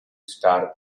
star